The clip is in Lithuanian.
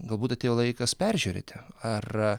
galbūt atėjo laikas peržiūrėti ar